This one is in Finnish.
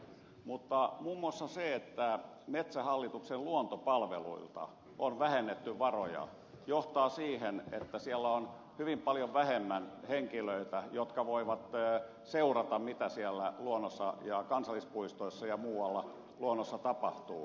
mutta muun muassa se että metsähallituksen luontopalveluilta on vähennetty varoja johtaa siihen että siellä on hyvin paljon vähemmän henkilöitä jotka voivat seurata mitä kansallispuistoissa ja muualla luonnossa tapahtuu